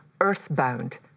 earthbound